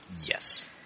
Yes